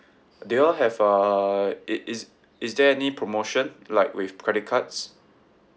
do you all have uh i~ is is there any promotion like with credit cards